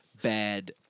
Bad